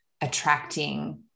attracting